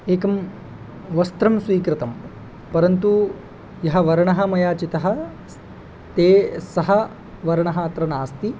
एकं वस्त्रं स्वीकृतं परन्तु यः वर्णः मया चितः ते सः वर्णः अत्र नास्ति